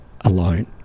alone